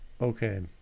Okay